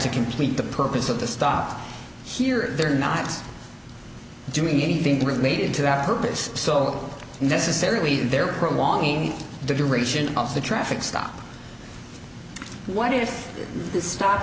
to complete the purpose of the stop here they're not doing anything related to that purpose so necessarily the they're prolonging the duration of the traffic stop what if this sto